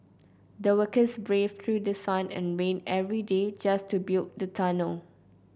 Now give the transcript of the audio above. the workers braved through sun and rain every day just to build the tunnel